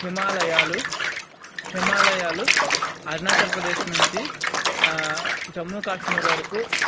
హిమాలయాలు హిమాలయాలు అరుణాచల్ ప్రదేశ్ నుంచి జమ్మూ కాశ్మీర్ వరకు